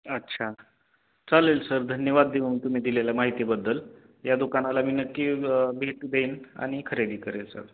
अच्छा चालेल सर धन्यवाद देऊ मग तुम्ही दिलेल्या माहितीबद्दल या दुकानाला मी नक्की भेट देईन आणि खरेदी करेन सर